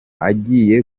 agiye